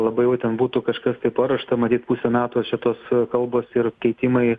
labai jau ten būtų kažkas tai paruošta matyt pusę metų šitos kalbos ir keitimai